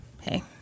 hey